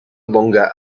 longer